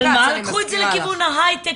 קחו את זה לכיוון ההייטק,